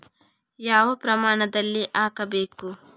ಯಾವ ಪ್ರಮಾಣದಲ್ಲಿ ಹಾಕಬೇಕು?